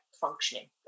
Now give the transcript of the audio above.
functioning